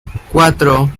cuatro